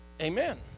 Amen